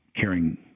carrying